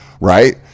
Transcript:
right